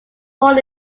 born